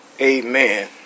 Amen